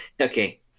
Okay